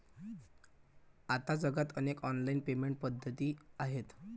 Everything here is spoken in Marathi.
आता जगात अनेक ऑनलाइन पेमेंट पद्धती आहेत